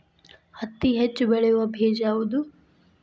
ಹತ್ತಿ ಹೆಚ್ಚ ಬೆಳೆಯುವ ಬೇಜ ಯಾವುದು?